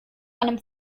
einem